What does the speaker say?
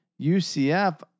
UCF